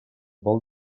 vol